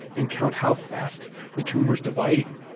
and count how fast the tumour is dividing.